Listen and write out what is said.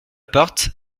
porte